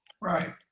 Right